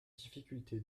difficulté